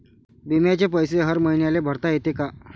बिम्याचे पैसे हर मईन्याले भरता येते का?